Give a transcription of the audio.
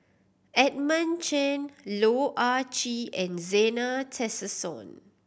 Edmund Chen Loh Ah Chee and Zena Tessensohn